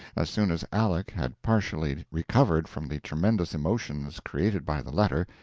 as soon as aleck had partially recovered from the tremendous emotions created by the letter,